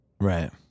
Right